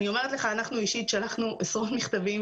אני אומרת לך שאנחנו אישית שלחנו עשרות מכתבים